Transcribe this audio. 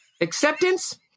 acceptance